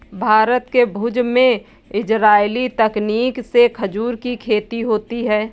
भारत के भुज में इजराइली तकनीक से खजूर की खेती होती है